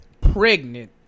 pregnant